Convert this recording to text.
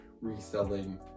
reselling